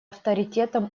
авторитетом